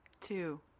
two